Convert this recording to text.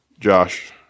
Josh